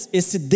esse